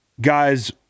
guys